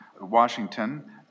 Washington